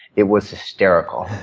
it was hysterical.